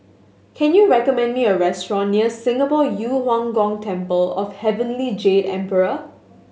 can you recommend me a restaurant near Singapore Yu Huang Gong Temple of Heavenly Jade Emperor